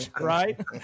right